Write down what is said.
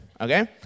okay